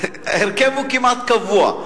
ההרכב הוא כמעט קבוע.